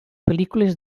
pel·lícules